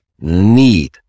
need